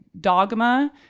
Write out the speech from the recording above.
dogma